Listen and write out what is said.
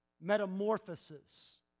metamorphosis